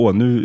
nu